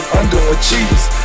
underachievers